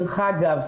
דרך אגב,